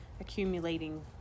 accumulating